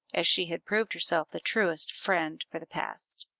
as she had proved herself the truest friend for the past.